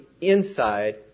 Inside